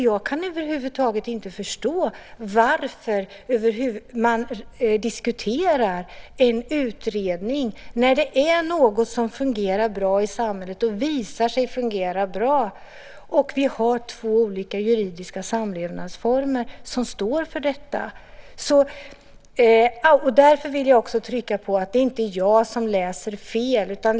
Jag kan över huvud taget inte förstå varför man diskuterar en utredning när det finns något som visar sig fungera bra i samhället och när vi har två olika juridiska samlevnadsformer som står för detta. Jag vill också trycka på att det inte är jag som läser fel.